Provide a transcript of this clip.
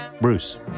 Bruce